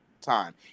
time